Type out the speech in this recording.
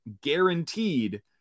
guaranteed